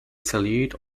salute